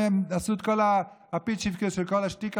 הם עשו את כל הפיצ'פקעס ואת כל השטיקלאך